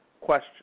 question